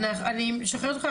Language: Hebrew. אני משחררת אותך,